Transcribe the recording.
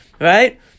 Right